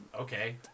okay